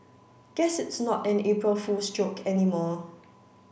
guess it's not an April Fool's joke anymore